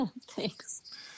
Thanks